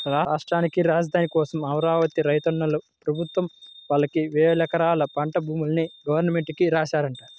రాష్ట్రానికి రాజధాని కోసం అమరావతి రైతన్నలు ప్రభుత్వం వాళ్ళకి వేలెకరాల పంట భూముల్ని గవర్నమెంట్ కి రాశారంట